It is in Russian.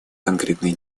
конкретные